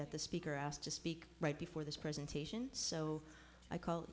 that the speaker asked to speak right before this presentation so i called